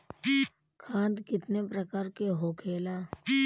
खाद कितने प्रकार के होखेला?